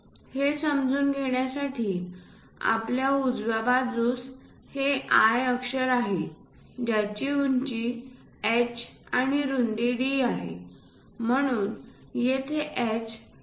हे समजून घेण्यासाठी आपल्या उजव्या बाजूस हे I अक्षर आहे ज्याची उंची h आणि रुंदी d आहे म्हणून येथे h 2